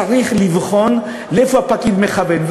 צריך לבחון לאיפה הפקיד מכוון.